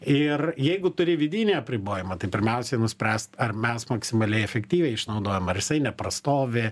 ir jeigu turi vidinį apribojimą tai pirmiausiai nuspręst ar mes maksimaliai efektyviai išnaudojam ar jisai neprastovi